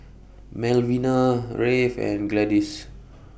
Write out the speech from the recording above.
Melvina Rafe and Gladys